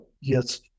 yes